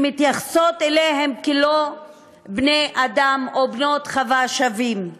שמתייחסות אליהן לא כאל בני-אדם או בנות-חווה שווים.